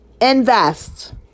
Invest